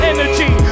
Energy